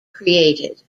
created